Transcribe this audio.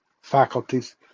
faculties